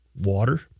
Water